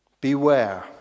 Beware